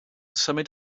symud